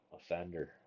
offender